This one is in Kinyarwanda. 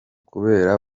kubera